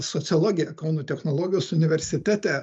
sociologiją kauno technologijos universitete